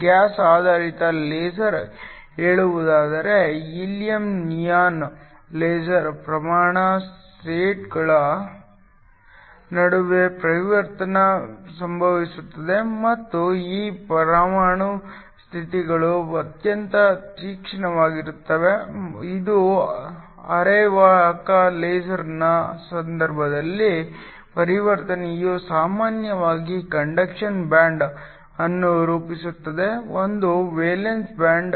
gas ಆಧಾರಿತ laser ಹೇಳುವುದಾದರೆ helium neon laser ಪರಮಾಣು ಸ್ಟೇಟ್ಗಳ ನಡುವೆ ಪರಿವರ್ತನೆ ಸಂಭವಿಸುತ್ತದೆ ಮತ್ತು ಈ ಪರಮಾಣು ಸ್ಥಿತಿಗಳು ಅತ್ಯಂತ ತೀಕ್ಷ್ಣವಾಗಿರುತ್ತವೆ ಇದು ಅರೆವಾಹಕ ಲೇಸರ್ನ ಸಂದರ್ಭದಲ್ಲಿ ಪರಿವರ್ತನೆಯು ಸಾಮಾನ್ಯವಾಗಿ ಕಂಡಕ್ಷನ್ ಬ್ಯಾಂಡ್ ಅನ್ನು ರೂಪಿಸುತ್ತದೆ ಒಂದು ವೇಲೆನ್ಸಿ ಬ್ಯಾಂಡ್